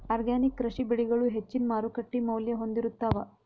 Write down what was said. organic ಕೃಷಿ ಬೆಳಿಗಳು ಹೆಚ್ಚಿನ್ ಮಾರುಕಟ್ಟಿ ಮೌಲ್ಯ ಹೊಂದಿರುತ್ತಾವ